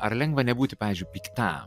ar lengva nebūti pavyzdžiui pikta